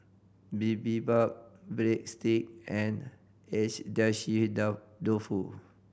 Bibimbap Breadsticks and Agedashi Dofu